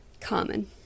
common